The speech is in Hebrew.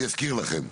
אני אזכיר לכם: